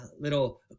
Little